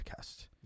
podcast